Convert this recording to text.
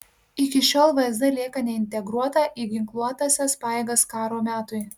iki šiol vsd lieka neintegruota į ginkluotąsias pajėgas karo metui